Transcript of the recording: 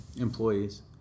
employees